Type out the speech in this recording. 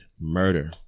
murder